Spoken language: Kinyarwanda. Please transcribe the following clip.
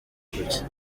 kuki